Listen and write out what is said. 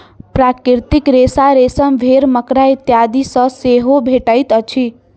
प्राकृतिक रेशा रेशम, भेंड़, मकड़ा इत्यादि सॅ सेहो भेटैत अछि